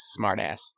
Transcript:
smartass